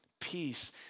peace